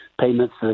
payments